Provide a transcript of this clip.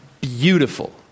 beautiful